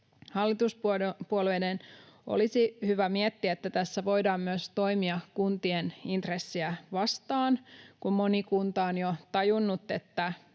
Hallituspuolueiden olisi hyvä miettiä, että tässä voidaan myös toimia kuntien intressiä vastaan. Kun moni kunta on jo tajunnut, että